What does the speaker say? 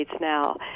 now